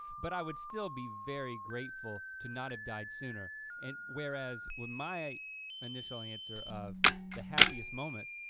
but i would still be very grateful to not have died sooner and whereas where my initial answer of the happiest moments,